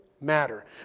matter